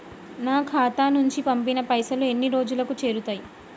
నా ఖాతా నుంచి పంపిన పైసలు ఎన్ని రోజులకు చేరుతయ్?